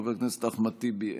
חבר הכנסת אחמד טיבי,